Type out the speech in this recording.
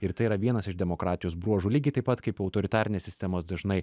ir tai yra vienas iš demokratijos bruožų lygiai taip pat kaip autoritarinės sistemos dažnai